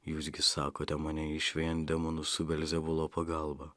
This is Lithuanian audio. jūs gi sakote mane išvejant demonus su belzebulo pagalba